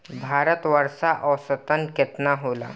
भारत में वर्षा औसतन केतना होला?